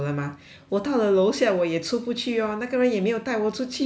我到了楼下我也出不去 orh 那个人也没有带我出去 eh